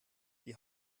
die